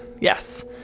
yes